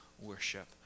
worship